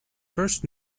first